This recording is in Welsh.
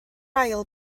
ail